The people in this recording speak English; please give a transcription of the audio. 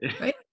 right